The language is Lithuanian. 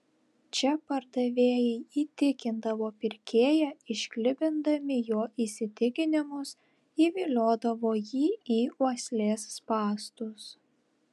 čia pardavėjai įtikindavo pirkėją išklibindami jo įsitikinimus įviliodavo jį į uoslės spąstus